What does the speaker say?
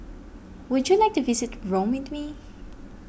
would you like to visit Rome with me